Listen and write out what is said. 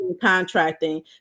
contracting